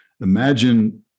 imagine